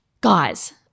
guys